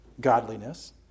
godliness